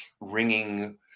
ringing